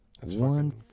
One